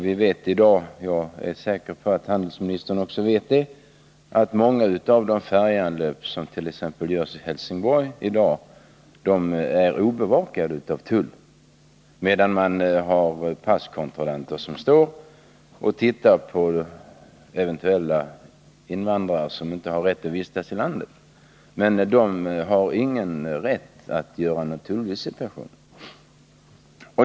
Vi vet i dag — jag är säker på att handelsministern också vet det — att många av de färjeanlöp som görs i t.ex. Helsingborg är obevakade av tull, medan man har passkontrollanter som står och spanar efter invandrare som eventuellt inte har rätt att vistas i landet. Kontrollanterna har emellertid ingen rätt att göra tullvisitation.